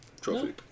trophy